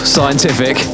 Scientific